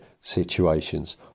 situations